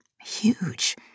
huge